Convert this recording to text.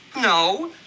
No